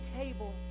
table